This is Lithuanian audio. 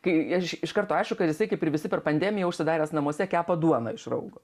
kai aš iš karto aišku kad jisai kaip ir visi per pandemiją užsidaręs namuose kepa duoną iš raugo